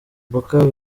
mboka